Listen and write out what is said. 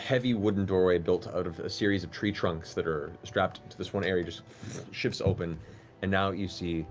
heavy wooden doorway, built out of a series of tree trunks that are strapped to this one area. just shifts open and now you see,